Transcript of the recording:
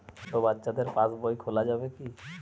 ছোট বাচ্চাদের পাশবই খোলা যাবে কি?